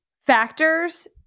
factors